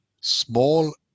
small